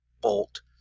bolt